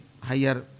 higher